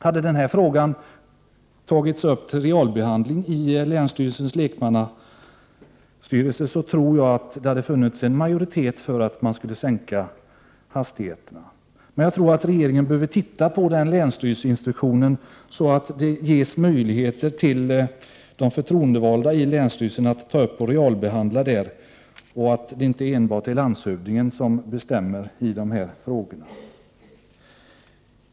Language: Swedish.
Hade den här frågan tagits upp till realbehandling i länsstyrelsens lekmannastyrelse, tror jag att det hade funnits en majoritet för en sänkning av hastigheterna. Regeringen behöver således titta på länsstyrelseinstruktionen. Det gäller ju att ge de förtroendevalda i länsstyrelsen möjligheter att ta upp och realbehandla dessa saker där. Det kan inte vara enbart landshövdingen som bestämmer i dessa frågor.